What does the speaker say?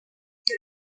hey